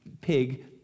pig